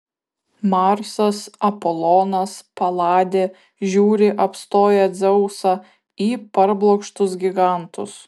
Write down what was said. marsas apolonas paladė žiūri apstoję dzeusą į parblokštus gigantus